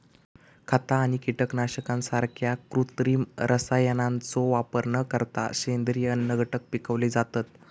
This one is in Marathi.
खता आणि कीटकनाशकांसारख्या कृत्रिम रसायनांचो वापर न करता सेंद्रिय अन्नघटक पिकवले जातत